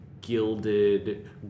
gilded